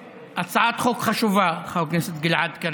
הצעת חוק חשובה, חבר הכנסת גלעד קריב.